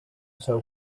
show